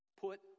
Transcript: Put